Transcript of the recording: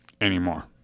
anymore